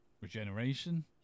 regeneration